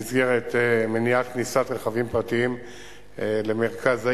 במסגרת מניעת כניסת רכבים פרטיים למרכז העיר.